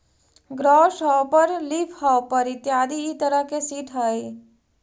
grass hopper leafhopper इत्यादि इ तरह के सीट हइ